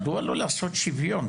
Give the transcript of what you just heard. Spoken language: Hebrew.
מדוע לא לעשות שוויון,